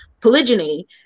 polygyny